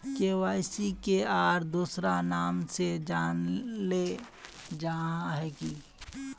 KYC के आर दोसरा नाम से जानले जाहा है की?